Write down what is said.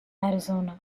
arizona